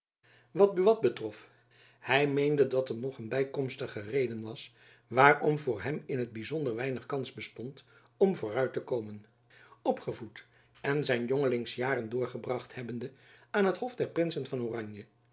wat buat betrof hy meende dat er nog een bykomstige reden was waarom voor hem in t byzonder weinig kans bestond om vooruit te komen opgevoed en zijn jongelingsjaren doorgebracht hebbende aan het hof der prinsen van oranje